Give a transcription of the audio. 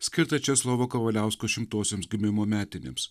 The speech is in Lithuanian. skirtą česlovo kavaliausko šimtosioms gimimo metinėms